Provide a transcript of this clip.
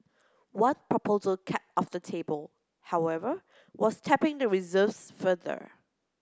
one proposal kept off the table however was tapping the reserves further